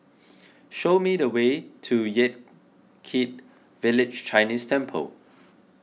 show me the way to Yan Kit Village Chinese Temple